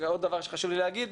עוד דבר שחשוב לי להגיד,